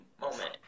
moment